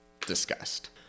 discussed